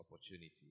opportunity